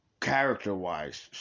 character-wise